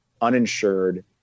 uninsured